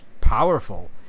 powerful